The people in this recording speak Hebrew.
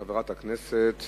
חברת הכנסת